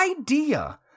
idea